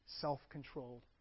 self-controlled